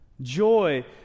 Joy